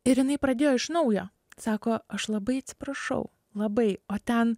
ir jinai pradėjo iš naujo sako aš labai atsiprašau labai o ten